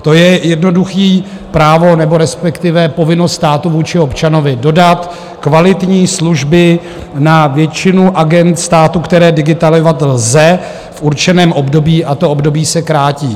To je jednoduché právo nebo respektive povinnost státu vůči občanovi dodat kvalitní služby na většinu agend státu, které digitalizovat lze v určeném období, a to období se krátí.